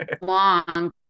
long